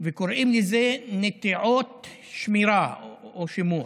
וקוראים לזה "נטיעות שמירה", או "שימור".